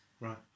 right